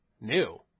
new